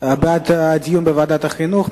הוא בעד הדיון בוועדת החינוך.